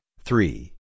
three